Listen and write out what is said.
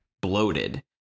bloated